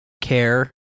care